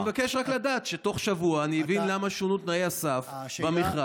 אני מבקש רק לדעת שתוך שבוע אני אבין למה שונו תנאי הסף במכרז.